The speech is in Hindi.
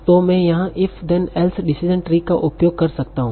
तो मैं यहाँ if then else decision tree का उपयोग कर सकता हूँ